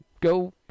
Go